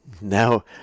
now